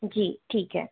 जी ठीक है